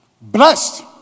Blessed